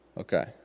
Okay